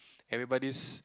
everybody's